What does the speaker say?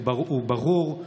הוא ברור,